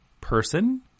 person